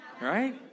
right